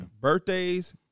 Birthdays